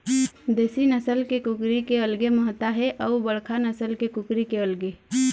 देशी नसल के कुकरी के अलगे महत्ता हे अउ बड़का नसल के कुकरी के अलगे